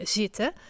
zitten